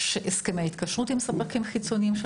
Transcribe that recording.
יש הסכמי התקשרות עם ספקים חיצוניים.